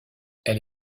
elle